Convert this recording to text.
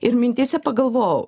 ir mintyse pagalvojau